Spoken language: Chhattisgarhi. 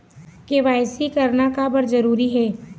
के.वाई.सी करना का बर जरूरी हे?